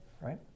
right